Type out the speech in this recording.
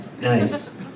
Nice